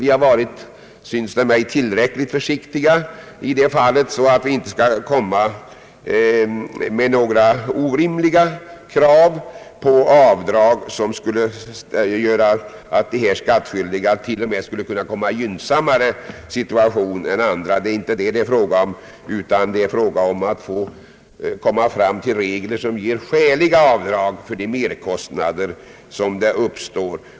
Vi har, synes det mig, varit så försiktiga att vi inte framställt några orimliga krav på avdrag som skulle göra att dessa skatt skyldiga t.o.m. skulle komma i gynnsammare situation än andra. Det är fråga om att få regler som ger skäliga avdrag för de merkostnader som uppstår.